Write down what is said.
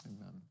amen